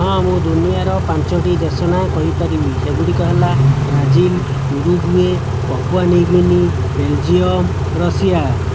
ହଁ ମୁଁ ଦୁନିଆର ପାଞ୍ଚଟି ଦେଶ ନାଁ କହିପାରିବି ସେଗୁଡ଼ିକ ହେଲା Brazil Uruguay Papua New Guinea Belgium Russia